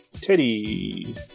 Teddy